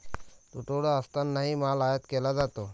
तुटवडा असतानाही माल आयात केला जातो